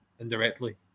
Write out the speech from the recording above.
indirectly